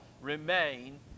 remain